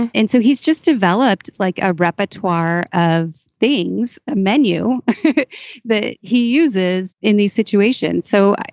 and so he's just developed like a repertoire of things, a menu that he uses in these situations so,